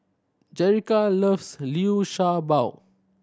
Jerica loves Liu Sha Bao